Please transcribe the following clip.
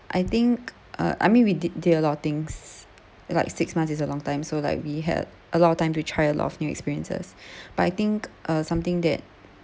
I think uh I mean we did did a lot of things like six months is a long time so like we had a lot of time to try of a lot of new experiences but I think uh something that